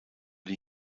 die